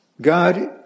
God